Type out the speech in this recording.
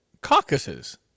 caucuses